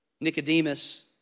Nicodemus